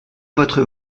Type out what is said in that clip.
votre